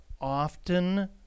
often